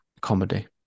comedy